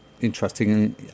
interesting